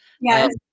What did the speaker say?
Yes